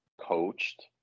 coached